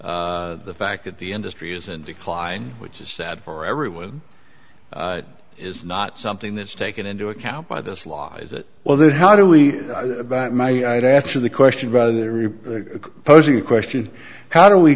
the fact that the industry is in decline which is sad for everyone is not something that's taken into account by this law as it well then how do we my death to the question rather than a posing a question how do we